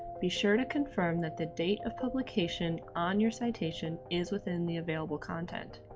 be sure to confirm that the date of publication on your citation is within the available content.